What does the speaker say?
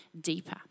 deeper